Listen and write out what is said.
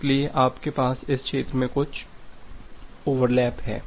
इसलिए आपके पास इस क्षेत्र में कुछ ओवरलैप हैं